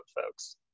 folks